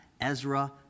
Ezra